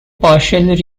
partially